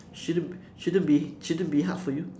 shouldn't shouldn't be shouldn't be hard for you